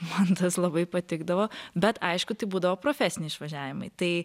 man tas labai patikdavo bet aišku tai būdavo profesiniai išvažiavimai tai